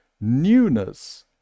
newness